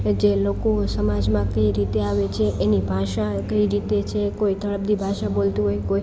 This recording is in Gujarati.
જે લોકો સમાજમાં કઈ રીતે આવે છે એની ભાષા કઈ રીતે છે કોઈ તળપદી ભાષા બોલતું હોય કોઈ